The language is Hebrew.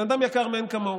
הוא בן אדם יקר מאין כמוהו,